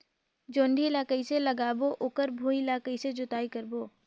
जोणी ला कइसे लगाबो ओकर भुईं ला कइसे जोताई करबो?